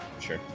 sure